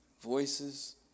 voices